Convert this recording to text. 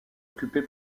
occupée